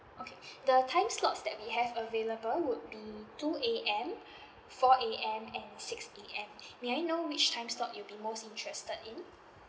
okay the time slots that we have available would be two A_M four A_M and six A_M may I know which time slot you be most interested in